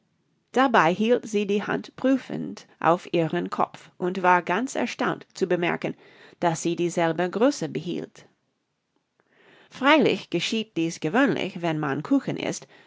dabei hielt sie die hand prüfend auf ihren kopf und war ganz erstaunt zu bemerken daß sie dieselbe größe behielt freilich geschieht dies gewöhnlich wenn man kuchen ißt